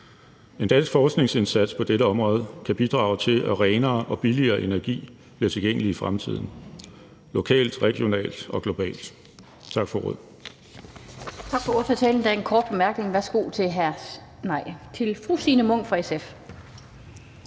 En dansk forskningsindsats på dette område kan bidrage til, at renere og billigere energi bliver tilgængelig i fremtiden lokalt, regionalt og globalt. Tak for ordet.